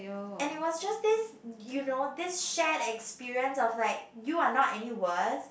and it was just this you know this shared experience of like you are not any worse